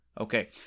Okay